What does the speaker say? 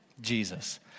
Jesus